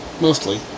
Mostly